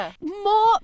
More